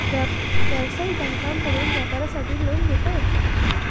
व्यवसायिक बँकांकडसून व्यापारासाठी लोन घेता येता